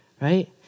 right